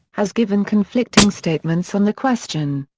has given conflicting statements on the question.